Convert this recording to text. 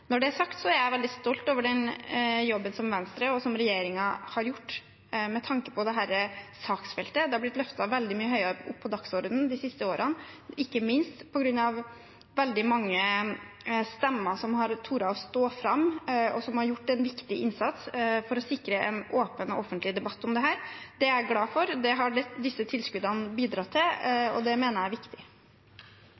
Når det er sagt, er jeg veldig stolt over den jobben Venstre og regjeringen har gjort med tanke på dette saksfeltet. Det er blitt løftet veldig mye høyere opp på dagsordenen de siste årene, ikke minst på grunn av veldig mange stemmer som har tort å stå fram, og som har gjort en viktig innsats for å sikre en åpen og offentlig debatt om dette. Det er jeg glad for. Det har disse tilskuddene bidratt til,